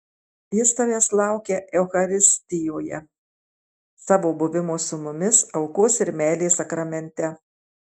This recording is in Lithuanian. jis tavęs laukia eucharistijoje savo buvimo su mumis aukos ir meilės sakramente